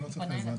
אני לא צריך עזרה.